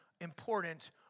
important